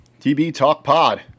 TBTALKPOD